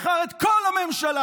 מכר את כל הממשלה.